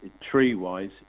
tree-wise